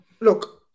Look